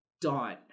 done